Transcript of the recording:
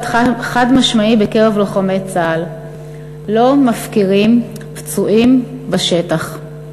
חד-משמעי בקרב לוחמי צה"ל: לא מפקירים פצועים בשטח.